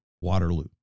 Waterloo